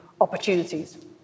opportunities